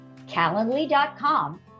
calendly.com